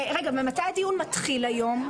רגע, ומתי הדיון מתחיל היום?